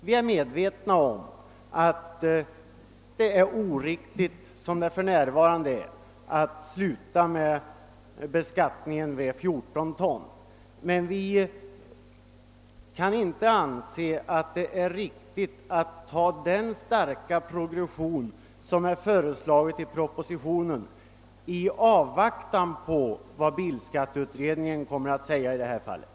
Vi är medvetna om att det är oriktigt att som för närvarande sätta högsta skatteklassens övre gräns vid 14 ton, men vi anser det inte heller vara riktigt att besluta om den starka progression som föreslås i propositionen i avvaktan på vad bilskatteutredningen kommer att säga i det här fallet.